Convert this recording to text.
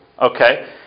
Okay